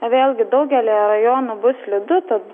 vėlgi daugelyje rajonų bus slidu tad